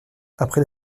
après